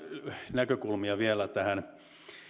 näkökulmia vielä